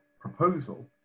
proposal